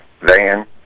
van